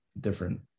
different